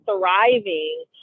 thriving